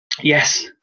yes